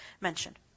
mentioned